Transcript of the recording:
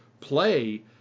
play